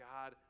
God